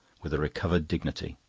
with a recovered dignity.